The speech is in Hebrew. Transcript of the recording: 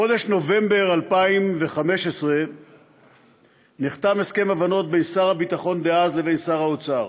בחודש נובמבר 2015 נחתם הסכם הבנות בין שר הביטחון דאז לבין שר האוצר.